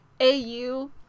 AU